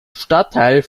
stadtteil